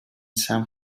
san